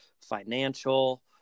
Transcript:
financial